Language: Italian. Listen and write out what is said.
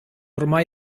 ormai